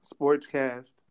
sportscast